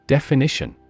Definition